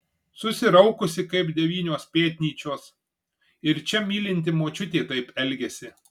susiraukusi kaip devynios pėtnyčios ir čia mylinti močiutė taip elgiasi